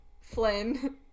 Flynn